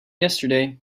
yesterday